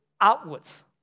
outwards